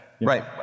Right